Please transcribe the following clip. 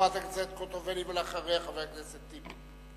חברת הכנסת חוטובלי, ואחריה, חבר הכנסת טיבי.